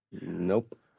Nope